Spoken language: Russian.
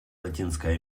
латинская